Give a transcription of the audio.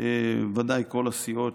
ודאי כל הסיעות,